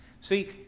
See